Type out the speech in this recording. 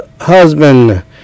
husband